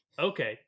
okay